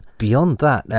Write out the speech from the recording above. beyond that,